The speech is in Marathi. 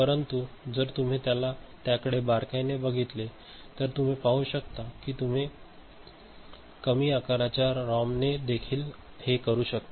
परंतु जर तुम्ही त्याकडे बारकाईने बघितले तर तुम्ही पाहू शकता की तुम्ही कमी आकाराच्या रॉमने देखील हे करू शकता